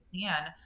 plan